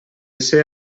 ser